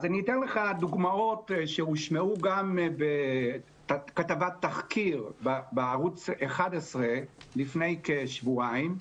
אני אתן לך דוגמאות שהושמעו גם בכתבת תחקיר בערוץ 11 לפני כשבועיים,